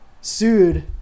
sued